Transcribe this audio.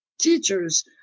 teachers